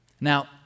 Now